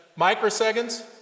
microseconds